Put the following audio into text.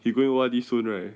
he going O_R_D soon right